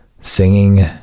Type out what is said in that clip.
singing